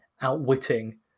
outwitting